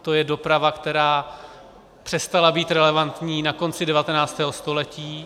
To je doprava, která přestala být relevantní na konci 19. století.